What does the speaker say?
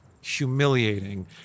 humiliating